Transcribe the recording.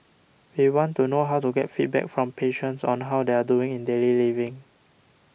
we want to know how to get feedback from patients on how they are doing in daily living